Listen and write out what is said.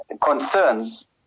concerns